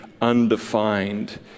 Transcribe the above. undefined